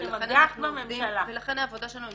אתם --- בממשלה -- ולכן העבודה שלנו היא